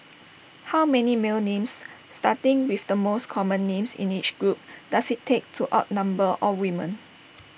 how many male names starting with the most common names in each group does IT take to outnumber all women